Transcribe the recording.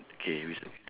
K you say f~